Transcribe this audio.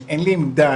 אין לי עמדה,